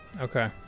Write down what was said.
okay